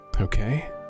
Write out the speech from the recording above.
Okay